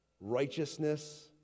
Righteousness